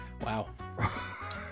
Wow